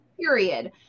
Period